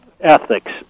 ethics